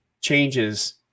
changes